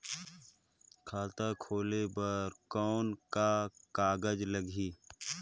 खाता खोले बर कौन का कागज लगही?